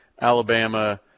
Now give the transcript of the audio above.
Alabama